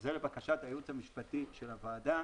שזה לבקשת הייעוץ המשפטי של הוועדה.